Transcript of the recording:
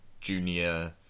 junior